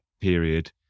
period